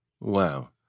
Wow